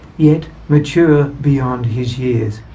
yet mature beyond his years,